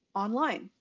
online.